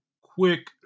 quick